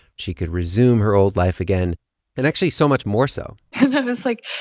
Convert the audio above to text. she could resume her old life again and actually so much more so and then it's like,